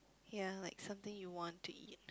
ya like something you want to eat